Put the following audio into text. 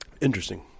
Interesting